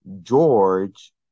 George